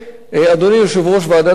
אדוני יושב-ראש ועדת הפנים,